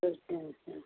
okay வச்சிடுறேன் ம்